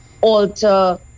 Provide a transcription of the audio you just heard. alter